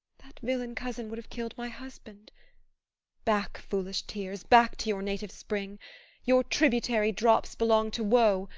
that villain cousin would have kill'd my husband back, foolish tears, back to your native spring your tributary drops belong to woe,